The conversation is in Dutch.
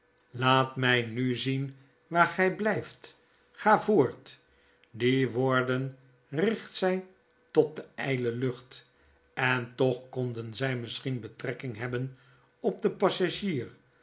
laat my nu zien waar gy blft ga voort die woorden richt zij tot de yle lucht en toch konden zrj misschien betrekking heb ben op den passagier